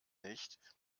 nicht